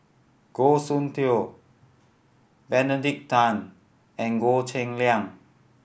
Goh Soon Tioe Benedict Tan and Goh Cheng Liang